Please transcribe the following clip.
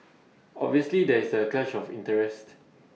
obviously there is A clash of interest